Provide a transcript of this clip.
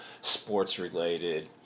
sports-related